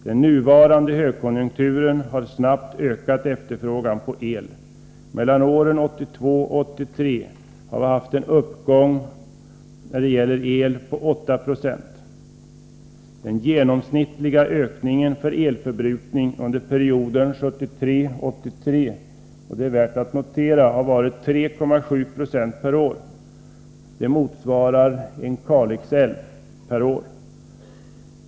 Den nuvarande högkonjunkturen har snabbt medfört en ökad efterfrågan på el. Mellan åren 1982 och 1983 har vi haft en uppgång när det gäller el på 8 Jo. Den genomsnittliga ökningen för elförbrukningen under perioden 1973-1983 — det är värt att notera — har varit 3,7 70 per år. Det motsvarar utbyggnaden av en Kalixälv per år.